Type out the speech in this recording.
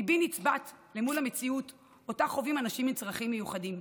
ליבי נצבט אל מול המציאות שחווים אנשים עם צרכים מיוחדים.